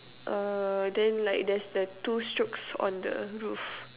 err then like there's the two strokes on the roof